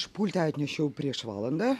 pultą atnešiau prieš valandą